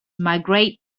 migrate